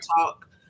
talk